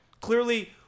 clearly